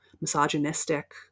misogynistic